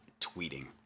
tweeting